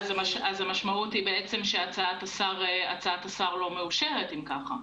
המשמעות היא בעצם שהצעת השר לא מאושרת, אם כך.